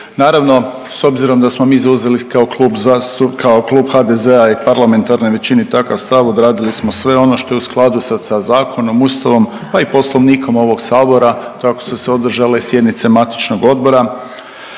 Naravno s obzirom da smo mi zauzeli kao Klub zastu…, kao Klub HDZ-a i u parlamentarnoj većini takav stav, odradili smo sve ono što je u skladu sa zakonom, ustavom pa i Poslovnikom ovog sabora, tako su se održale i sjednice matičnog odbora.